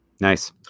Nice